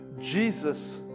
Jesus